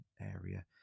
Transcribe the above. area